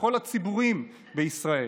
לכל הציבורים בישראל: